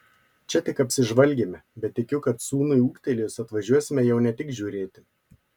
čia tik apsižvalgėme bet tikiu kad sūnui ūgtelėjus atvažiuosime jau ne tik žiūrėti